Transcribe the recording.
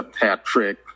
Patrick